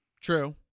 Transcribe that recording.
True